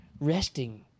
resting